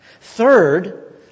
Third